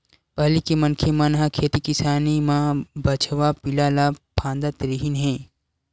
पहिली के मनखे मन ह खेती किसानी म बछवा पिला ल फाँदत रिहिन हे